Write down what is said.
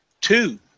two